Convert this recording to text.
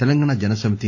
Telangana Jana Samithi